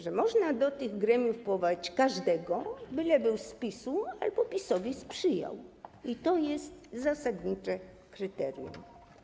Że można do tych gremiów powołać każdego, byle był z PiS-u albo PiS-owi sprzyjał, i to jest zasadnicze kryterium.